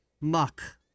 Muck